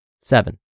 Seven